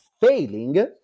failing